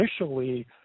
initially